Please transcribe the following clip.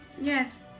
Yes